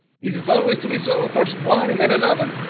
is it always to be so first one and then another?